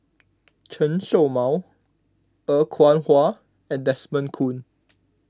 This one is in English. Chen Show Mao Er Kwong Wah and Desmond Kon